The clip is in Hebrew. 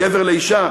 בין גבר לבין אישה.